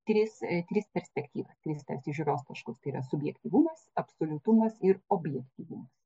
tris tris perspektyvas tris tarsi žiūros taškus tai yra subjektyvumas absoliutumas ir objektyvumas